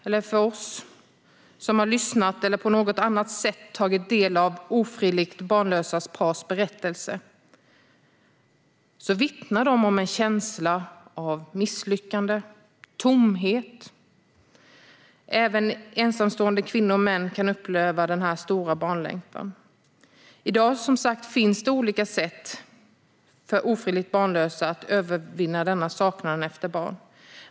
Vi som har lyssnat till eller på något annat sätt tagit del av ofrivilligt barnlösa pars berättelser vet att de vittnar om en känsla av misslyckande och tomhet. Även ensamstående kvinnor och män kan uppleva denna stora barnlängtan. I dag finns det som sagt olika sätt för ofrivilligt barnlösa att tillfredsställa denna saknad efter barn.